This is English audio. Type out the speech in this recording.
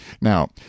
Now